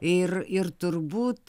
ir ir turbūt